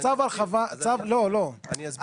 צו הרחקה, לא לא --- אז אני אסביר.